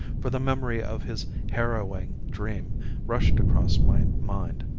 for the memory of his harrowing dream rushed across my mind.